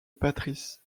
patrice